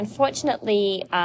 Unfortunately